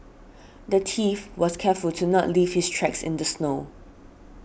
the thief was careful to not leave his tracks in the snow